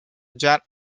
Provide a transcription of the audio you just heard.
jan